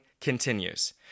continues